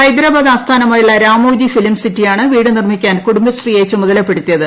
ഹൈദ്രാബാദ് ആസ്ഥാനമായുള്ള രാമ്യോജി ഫിലിം സിറ്റിയാണ് വീട് നിർമ്മിക്കാൻ കുടുംബശ്രീയെ ച്ചുമത്രീലപ്പെടുത്തിയത്